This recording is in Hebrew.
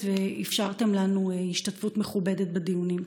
ואפשרתם לנו השתתפות מכובדת בדיונים.